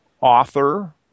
author